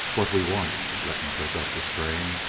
what we want, letton took up the strain,